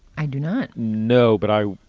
i do not know, but i.